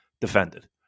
defended